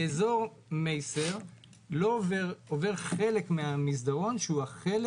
באזור מייסר עובר חלק מהמסדרון הכי צר